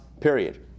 period